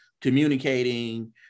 communicating